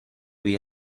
lui